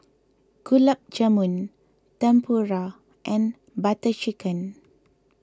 Gulab Jamun Tempura and Butter Chicken